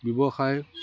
ব্যৱসায়